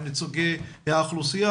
עם נציגי האוכלוסייה,